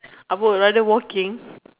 ah bowl you rather walking